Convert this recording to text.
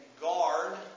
guard